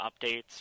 updates